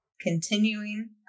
continuing